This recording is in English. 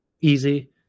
easy